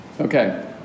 Okay